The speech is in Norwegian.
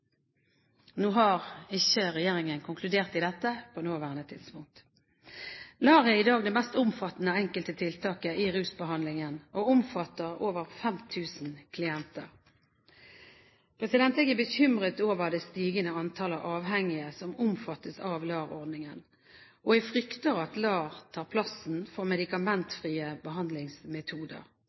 har ikke konkludert i denne saken på det nåværende tidspunkt. LAR er i dag det mest omfattende enkelte tiltaket i rusbehandlingen og omfatter over 5 000 klienter. Jeg er bekymret over det stigende antallet avhengige som omfattes av LAR-ordningen, og jeg frykter at LAR overtar for medikamentfrie behandlingsmetoder.